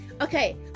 okay